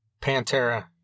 Pantera